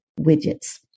widgets